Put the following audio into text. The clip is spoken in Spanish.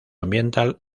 ambiental